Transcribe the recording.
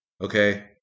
okay